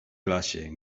klasie